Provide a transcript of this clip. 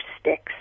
sticks